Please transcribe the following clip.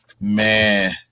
Man